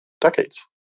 decades